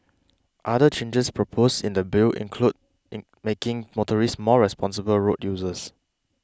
other changes proposed in the Bill include in making motorists more responsible road users